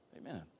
Amen